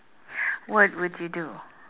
what would you do